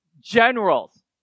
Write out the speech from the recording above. generals